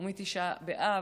ומא' באב,